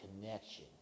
connection